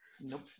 Nope